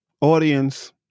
audience